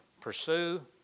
pursue